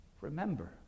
remember